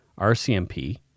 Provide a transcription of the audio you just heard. RCMP